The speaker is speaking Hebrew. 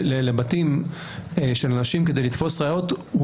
לבתים של אנשים כדי לתפוס ראיות בלי לבקש קודם הסכמה,